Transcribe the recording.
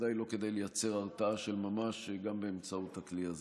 בוודאי לא כדי לייצר הרתעה של ממש גם באמצעות הכלי הזה.